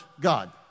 God